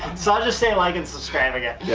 so i just say like and subscribe again